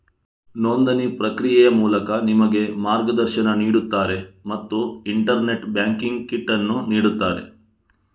ನೋಂದಣಿ ಪ್ರಕ್ರಿಯೆಯ ಮೂಲಕ ನಿಮಗೆ ಮಾರ್ಗದರ್ಶನ ನೀಡುತ್ತಾರೆ ಮತ್ತು ಇಂಟರ್ನೆಟ್ ಬ್ಯಾಂಕಿಂಗ್ ಕಿಟ್ ಅನ್ನು ನೀಡುತ್ತಾರೆ